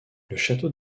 château